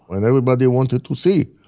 and everybody wanted to see,